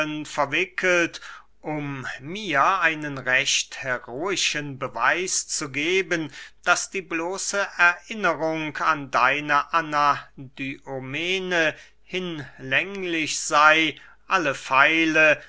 verwickelt um mir einen recht heroischen beweis zu geben daß die bloße erinnerung an deine anadyomene hinlänglich sey alle pfeile